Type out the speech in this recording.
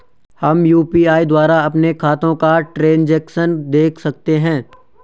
हम यु.पी.आई द्वारा अपने खातों का ट्रैन्ज़ैक्शन देख सकते हैं?